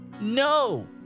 No